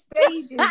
stages